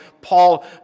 Paul